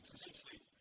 essentially,